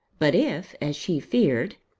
but if, as she feared,